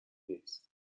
نیست